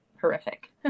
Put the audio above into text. horrific